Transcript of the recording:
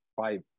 five